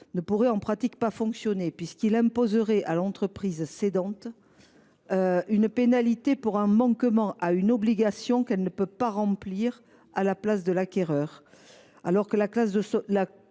ne pourrait pas fonctionner en pratique puisqu’il imposerait à l’entreprise cédante une pénalité pour un manquement à une obligation qu’elle ne peut pas remplir à la place de l’acquéreur. Alors que la clause de sauvegarde